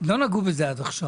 לא נגעו בזה עד עכשיו,